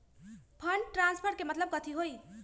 Fund transfer के मतलब कथी होई?